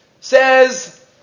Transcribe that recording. Says